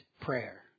prayer